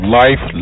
life